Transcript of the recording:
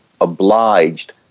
obliged